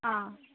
आं